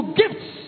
gifts